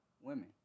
women